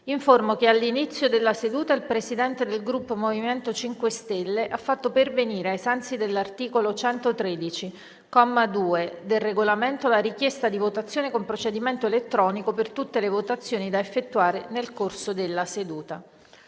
che all'inizio della seduta il Presidente del Gruppo MoVimento 5 Stelle ha fatto pervenire, ai sensi dell'articolo 113, comma 2, del Regolamento, la richiesta di votazione con procedimento elettronico per tutte le votazioni da effettuare nel corso della seduta.